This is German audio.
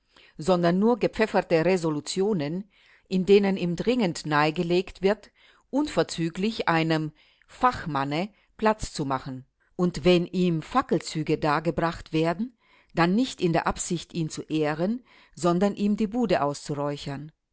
sondern nur gepfefferte resolutionen in denen ihm dringend nahegelegt wird unverzüglich einem fachmanne platz zu machen und wenn ihm fackelzüge dargebracht werden dann nicht in der absicht ihn zu ehren sondern ihm die bude auszuräuchern